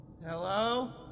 Hello